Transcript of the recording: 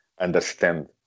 understand